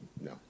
no